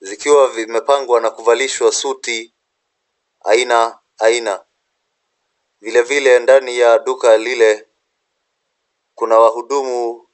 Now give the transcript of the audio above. vikiwa vimepangwa na kuvalishwa suti aina aina. Vile vile, ndani ya duka lile kuna wahudumu.